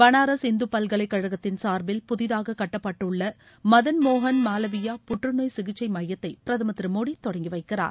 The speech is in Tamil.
பனாராஸ் இந்து பல்கலைக்கழகத்தின் சார்பில் புதிதாக கட்டப்பட்டுள்ள மதன் மோகன் மாலவியா புற்று நோய் சிகிச்சை மையத்தை பிரதமர் திரு மோடி தொடங்கி வைக்கிறார்